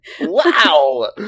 Wow